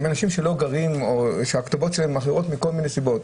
אנשים שהכתובות שלהם אחרות מכל מיני סיבות.